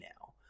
now